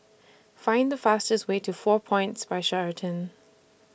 Find The fastest Way to four Points By Sheraton